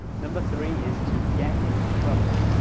number three is to get into trouble.